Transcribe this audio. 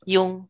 Yung